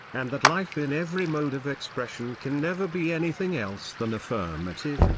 and that life in every mode of expression can never be anything else than affirmative,